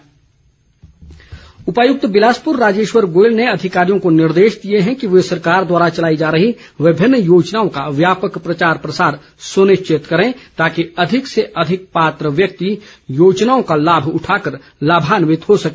DC Bilaspur उपायुक्त बिलासपुर राजेश्वर गोयल ने अधिकारियों को निर्देश दिए हैं कि वे सरकार द्वारा चलाई जा रही विभिन्न योजनाओं का व्यापक प्रचार प्रसार सुनिश्चित करें ताकि अधिक से अधिक पात्र व्यक्ति योजनाओं का लाभ उठाकर लाभान्वित हो सके